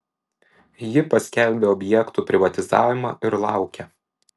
ji paskelbia objektų privatizavimą ir laukia